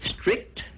strict